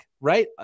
right